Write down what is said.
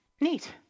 neat